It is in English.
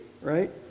right